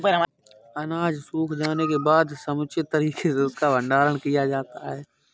अनाज सूख जाने के बाद समुचित तरीके से उसका भंडारण किया जाता है